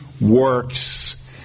works